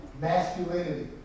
masculinity